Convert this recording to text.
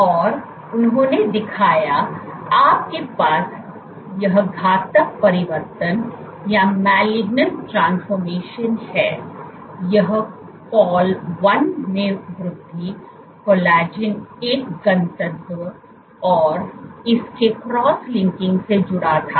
तो और उन्होंने दिखाया आपके पास यह घातक परिवर्तन है यह col 1 में वृद्धि कोलेजन एक घनत्व और इसके क्रॉस लिंकिंग से जुड़ा था